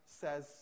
says